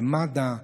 במד"א,